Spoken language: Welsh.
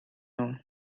nhw